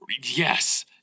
Yes